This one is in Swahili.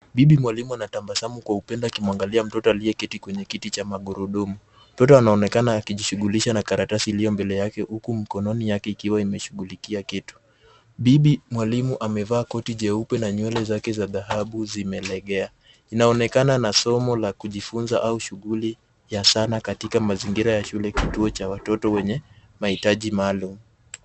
Bibi mwalimu anatabasamu kwa upendo akimwangalia mtoto aliyeketi kwenye kiti cha magurudumu. Mtoto anaonekana akijishughulisha na karatasi iliyo mbele yake huku mkononi yake ikiwa imeshughulikia kitu. Bibi mwalimu amevaa koti jeupe na nywele zake za dhahabu zimelegea. Inaonekana ni somo la kujifunza au shughuli ya sana katika mazingira ya shule kituo cha watoto wenye mahitaji maalum.